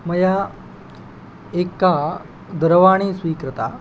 मया एका दूरवाणी स्वीकृता